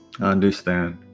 understand